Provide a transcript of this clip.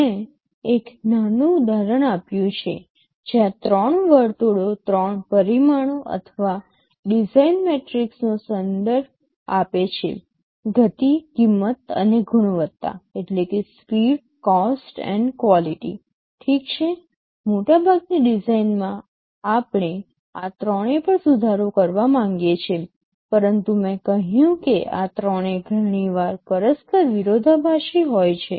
મેં એક નાનું ઉદાહરણ આપ્યું છે જ્યાં ત્રણ વર્તુળો ત્રણ પરિમાણો અથવા ડિઝાઇન મેટ્રિક્સનો સંદર્ભ આપે છે ગતિ કિંમત અને ગુણવત્તા speed cost and quality ઠીક છે મોટાભાગની ડિઝાઇનમાં આપણે આ ત્રણેય પર સુધારો કરવા માંગીએ છીએ પરંતુ મેં કહ્યું હતું કે આ ત્રણેય ઘણી વાર પરસ્પર વિરોધાભાસી હોય છે